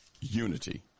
unity